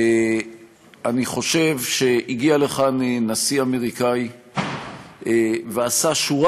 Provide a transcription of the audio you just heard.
אני חושב שהגיע לכאן נשיא אמריקני ועשה שורה